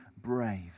brave